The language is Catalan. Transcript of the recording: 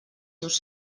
seus